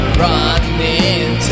running